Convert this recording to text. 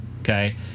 Okay